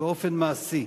באופן מעשי.